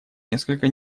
несколько